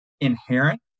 inherent